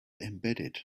embedded